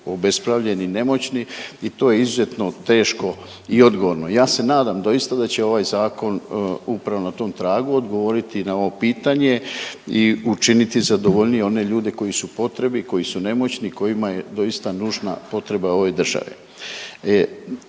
obespravljeni i nemoćni i to je izuzetno teško i odgovorno. Ja se nadam doista da će ovaj zakon upravo na tom tragu odgovoriti na ovo pitanje i učiniti zadovoljnije one ljude koji su u potrebi, koji su nemoćni, kojima je doista nužna potreba ove države.